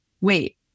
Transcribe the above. wait